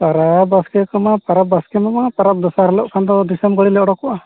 ᱯᱟᱨᱟᱵᱽ ᱵᱟᱥᱠᱮ ᱠᱚᱢᱟ ᱯᱟᱨᱟᱵᱽ ᱵᱟᱥᱠᱮ ᱢᱟᱢᱟ ᱯᱟᱨᱟᱵᱽ ᱫᱚᱥᱟᱨ ᱦᱤᱞᱳᱜ ᱠᱷᱟᱱ ᱫᱚ ᱫᱤᱥᱚᱢ ᱵᱟᱹᱲᱤᱞᱮ ᱩᱰᱩᱠᱚᱜᱼᱟ